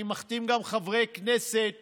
ואני מחתים גם חברי כנסת